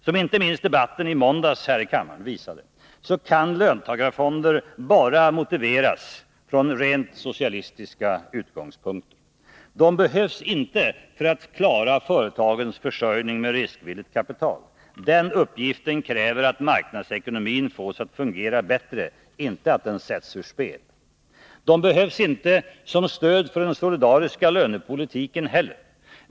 Som inte minst debatten i måndags här i kammaren visade, kan löntagarfonder bara motiveras från rent socialistiska utgångspunkter. De behövs inte för att klara företagens försörjning med riksvilligt kapital. Den uppgiften kräver att marknadsekonomin fås att fungera bättre, inte att den sätts ur spel. De behövs inte som stöd för den solidariska lönepolitiken heller.